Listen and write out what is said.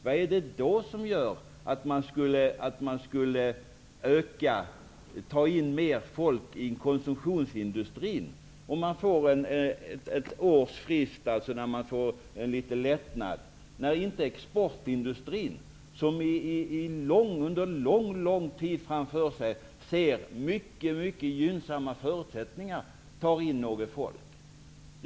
Vad är det som säger att konsumtionsindustrin tar in mer folk om konsumtionen ökar, om det blir ett års frist, en lättnad? Exportindustrin har ju under lång tid haft gynnsamma förutsättningar, men tar inte in folk.